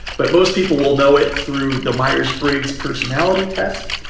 but most people will know it through the myers-briggs personality test.